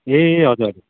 ए हजुर हजुर